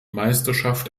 meisterschaft